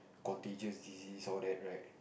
contagious diseases all that right